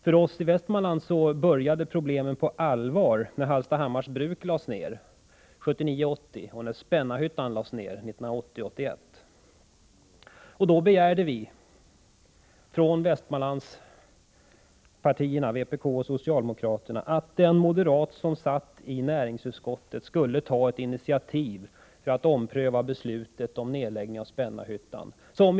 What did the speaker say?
För oss i Västmanland började problemen på allvar när Hallstahammars bruk lades ner 1979-1980 och när Spännarhyttan lades ned 1980-1981. Då begärde vi i vpk och socialdemokraterna i Västmanland att den moderat som satt i näringsutskottet skulle ta ett initiativ för att ompröva beslutet om nedläggning av Spännarhyttan.